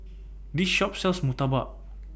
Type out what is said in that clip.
This Shop sells Murtabak